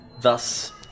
thus